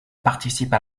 participe